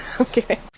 Okay